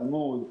תלמוד,